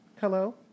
Hello